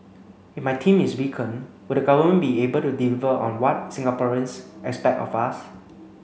if my team is weakened would the government be able to deliver on what Singaporeans expect of us